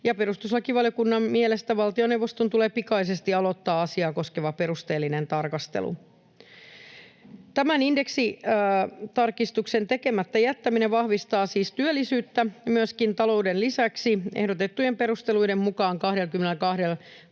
Perustuslakivaliokunnan mielestä valtioneuvoston tulee pikaisesti aloittaa asiaa koskeva perusteellinen tarkastelu. Tämä indeksitarkistusten tekemättä jättäminen vahvistaa talouden lisäksi siis myöskin työllisyyttä, ehdotuksen perusteluiden mukaan 22 700